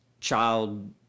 child